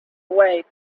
away